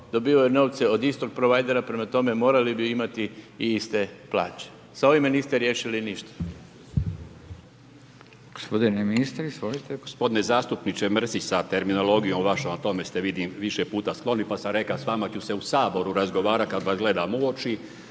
dobivaju novce od istog provajdera. Prema tome, morali bi imati i iste plaće. Sa ovim niste riješili ništa. **Radin, Furio (Nezavisni)** Gospodine ministre izvolite. **Kujundžić, Milan (HDZ)** Gospodine zastupniče Mršić, sa terminologijom vašom o tome ste vidim više puta skloni, pa sam rekao s vama ću se u Saboru razgovarati kad vas gledam u oči.